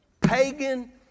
pagan